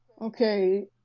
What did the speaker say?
Okay